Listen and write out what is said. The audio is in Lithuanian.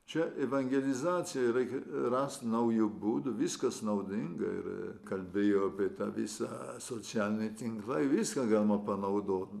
čia evangelizacijai reikia rast naujų būdų viskas naudinga ir kalbėjo apie tą visą socialiniai tinklai viską galima panaudot